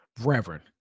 Reverend